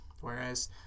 Whereas